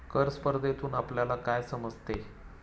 कर स्पर्धेतून आपल्याला काय समजते?